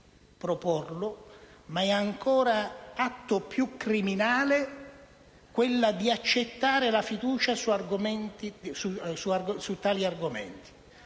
proporlo, ma è atto ancora più criminale accettare la fiducia su tali argomenti.